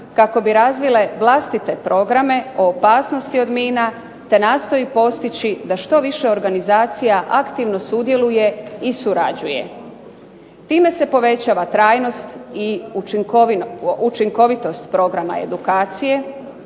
kako bi razvile vlastite programe o opasnosti od mina te nastoji postići da što više organizacija aktivno sudjeluje i surađuje. Time se povećava trajnost i učinkovitost programa edukacije